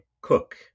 Cook